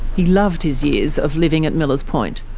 he loved his years of living at millers point.